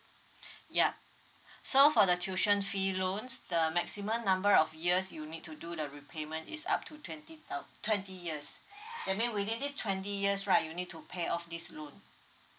yup so for the tuition fee loans the maximum number of years you'll need to do the repayment is up to twenty thou~ twenty years that means within this twenty years right you'll need to pay off this loan